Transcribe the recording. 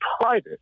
private